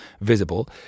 Visible